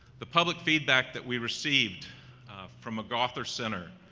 the public feedback that we received from mcarthur center,